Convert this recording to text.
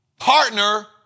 Partner